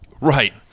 Right